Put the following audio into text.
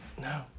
No